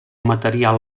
material